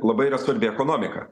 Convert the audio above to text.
labai yra svarbi ekonomika